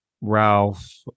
ralph